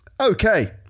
Okay